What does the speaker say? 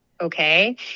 okay